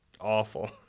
awful